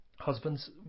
Husbands